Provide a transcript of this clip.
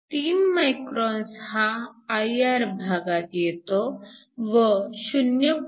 3 microns हा IR भागात येतो व 0